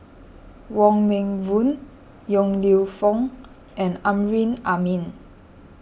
Wong Meng Voon Yong Lew Foong and Amrin Amin